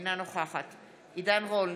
אינה נוכחת עידן רול,